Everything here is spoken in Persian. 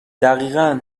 دقیقا